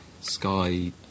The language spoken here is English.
Sky